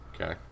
Okay